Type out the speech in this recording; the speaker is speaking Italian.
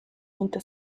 monte